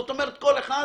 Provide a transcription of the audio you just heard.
זאת אומרת כל אחד